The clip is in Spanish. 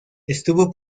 estuvo